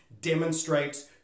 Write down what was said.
demonstrates